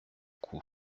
coup